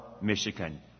Michigan